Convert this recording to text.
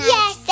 Yes